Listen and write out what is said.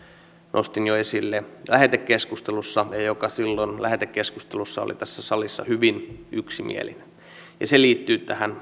nostin esille jo lähetekeskustelussa ja joka silloin lähetekeskustelussa oli tässä salissa hyvin yksimielinen se liittyy tähän